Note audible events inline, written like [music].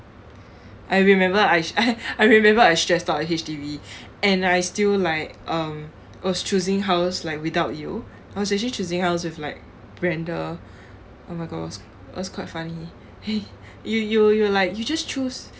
I remember I [laughs] I remember I stressed out at H_D_B [breath] and I still like um was choosing house like without you I was actually choosing house with like brenda [breath] oh my gosh it was quite funny [laughs] you you you like you just choose